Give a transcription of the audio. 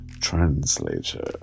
translator